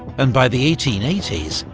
and by the eighteen eighty s,